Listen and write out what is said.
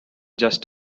just